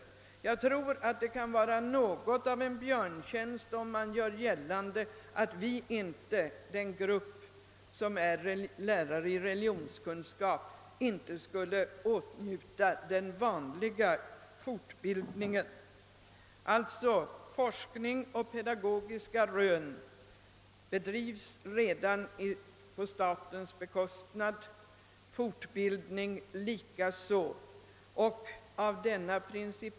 Jag tror att man gör oss något av en björntjänst om man gör gällande, att vi, lärarna i religionskunskap, behöver utbildning utöver den vanliga fortbildningen. Forskning bedrivs redan på statens bekostnad, fortbildning likaså.